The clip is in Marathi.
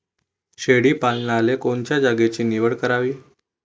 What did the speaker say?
शेळी पालनाले कोनच्या जागेची निवड करावी?